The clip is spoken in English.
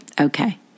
okay